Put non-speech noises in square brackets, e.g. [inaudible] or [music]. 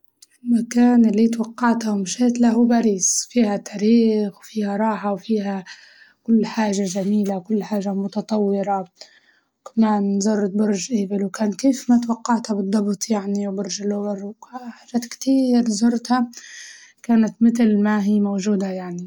المكان اللي توقعته ومشيتله هو باريس، فيها تاريخ وفيها راحة وفيها كل حاجة جميلة وكل حاجة متطورة، كمان زورت برج إيفل وكان كيف ما توقعته بالضبط يعني برج [unintelligible] وحاجات كتير زورتها كانت متل ما هي موجودة يعني.